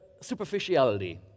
superficiality